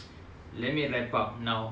let me wrap up now